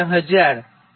2 1000